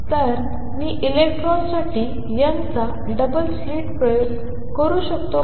तर मी इलेक्ट्रॉन्ससाठी यंगचा डबल स्लिट प्रयोग करू शकतो का